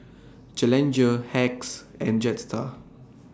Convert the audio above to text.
Challenger Hacks and Jetstar